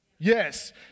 Yes